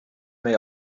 may